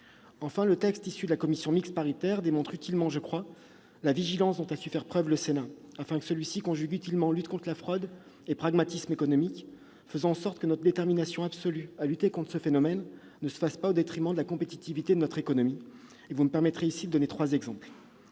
Enfin, le texte issu de la commission mixte paritaire démontre utilement, me semble-t-il, la vigilance dont a su faire preuve le Sénat, pour conjuguer lutte contre la fraude et pragmatisme économique. Cela permet que notre détermination absolue à lutter contre ce phénomène ne se fasse pas au détriment de la compétitivité de notre économie. Vous me permettrez ici de donner trois exemples.